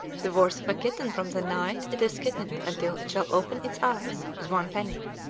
the worth of a kitten from the night it is kittened until it shall open its eyes, is one penny.